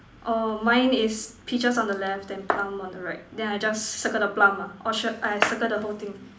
orh mine is peaches on the left then plum on the right then I just circle the plum lah or should !aiya! circle the whole thing